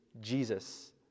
Jesus